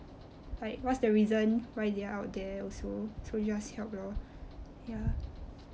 like what's the reason why they are out there also so just help lor ya